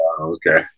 okay